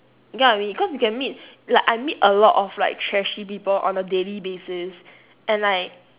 you get what I mean because you can meet like I meet a lot of like trashy people on a daily basis and like